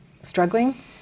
struggling